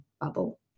bubble